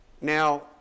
Now